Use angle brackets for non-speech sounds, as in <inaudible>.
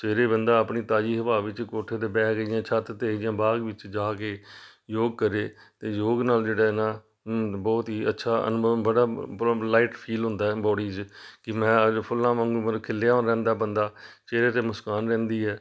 ਸਵੇਰੇ ਬੰਦਾ ਆਪਣੀ ਤਾਜ਼ੀ ਹਵਾ ਵਿੱਚ ਕੋਠੇ 'ਤੇ ਬਹਿ ਗਏ ਜਾਂ ਛੱਤ 'ਤੇ ਜਾਂ ਬਾਗ ਵਿੱਚ ਜਾ ਕੇ ਯੋਗ ਕਰੇ ਅਤੇ ਯੋਗ ਨਾਲ ਜਿਹੜਾ ਹੈ ਨਾ <unintelligible> ਬਹੁਤ ਹੀ ਅੱਛਾ ਅਨੁਭਵ ਬੜਾ ਮਤਲਬ ਲਾਈਟ ਫੀਲ ਹੁੰਦਾ ਬੋਡੀ 'ਚ ਕਿ ਮੈਂ ਅੱਜ ਫੁੱਲਾਂ ਵਾਂਗੂ ਮਤਲਬ ਖਿਲਿਆ ਓ ਰਹਿੰਦਾ ਬੰਦਾ ਚਿਹਰੇ 'ਤੇ ਮੁਸਕਾਨ ਰਹਿੰਦੀ ਹੈ